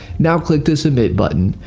now click the submit button.